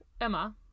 Emma